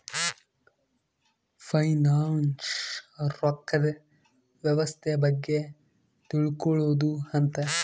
finance ರೊಕ್ಕದ್ ವ್ಯವಸ್ತೆ ಬಗ್ಗೆ ತಿಳ್ಕೊಳೋದು ಅಂತ